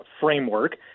framework